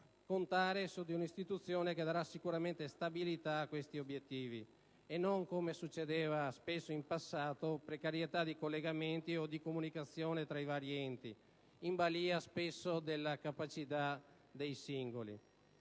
puntare su un'istituzione che darà sicuramente stabilità a questi obiettivi. Non così accadeva in passato, con una precarietà di collegamenti o di comunicazione tra i vari enti, in balia spesso della capacità dei singoli.